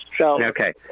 Okay